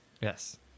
Yes